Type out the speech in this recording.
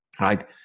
right